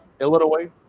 Illinois